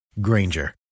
Granger